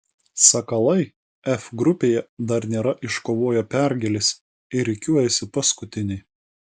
sakalai f grupėje dar nėra iškovoję pergalės ir rikiuojasi paskutiniai